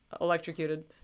electrocuted